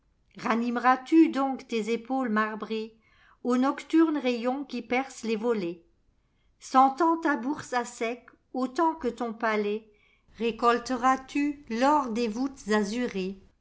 ranimeras tu donc tes épaules marbréesaux nocturnes rayons qui percent les volets sentant ta bourse à sec autant que ton palais récolteras tu tor des voûtes azurées